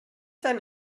dein